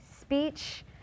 speech